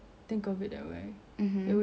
cause if you always feel like you're content